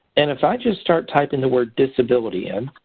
and if i just start typing the word disability in,